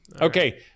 okay